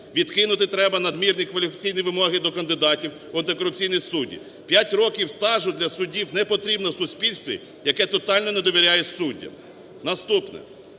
Відкинути треба надмірні кваліфікаційні вимоги до кандидатів у антикорупційні судді, 5 років стажу для суддів не потрібно в суспільстві, яке тотально не довіряє суддям. Наступне.